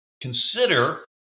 Consider